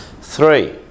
Three